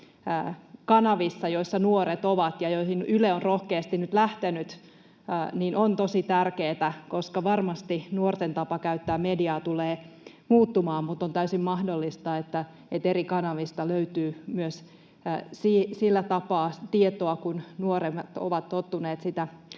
kanavissa, joissa nuoret ovat ja joihin Yle on rohkeasti nyt lähtenyt, on tosi tärkeä, koska varmasti nuorten tapa käyttää mediaa tulee muuttumaan, mutta on täysin mahdollista, että eri kanavista löytyy myös tietoa sillä tavalla kuin nuoret ovat tottuneet sitä